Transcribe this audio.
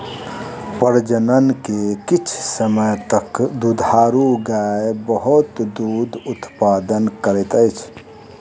प्रजनन के किछ समय तक दुधारू गाय बहुत दूध उतपादन करैत अछि